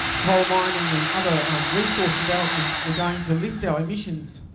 coal mining and other resource developments were going to lift our emissions